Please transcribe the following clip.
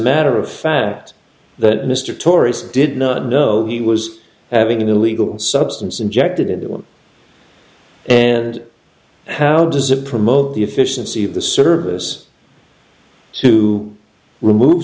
matter of fact that mr tourists did not know he was having an illegal substance injected into them and how does it promote the efficiency of the service to remove